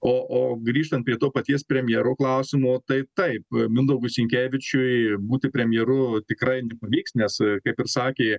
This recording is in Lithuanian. o o grįžtant prie to paties premjero klausimo tai taip mindaugui sinkevičiui būti premjeru tikrai nepavyks nes kaip ir sakė